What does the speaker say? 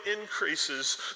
increases